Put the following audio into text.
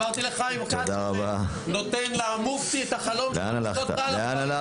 אמרתי לחיים --- נותן למופתי את החלום שלו לשתות רעל עכברים,